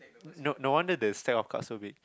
no no wonder the stack of cards so big